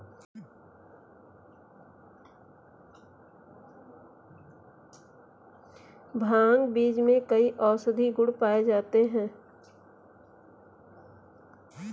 भांग बीज में कई औषधीय गुण पाए जाते हैं